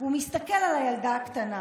והוא מסתכל על הילדה הקטנה.